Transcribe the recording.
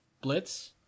Blitz